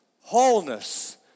wholeness